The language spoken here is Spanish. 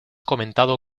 comentado